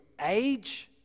age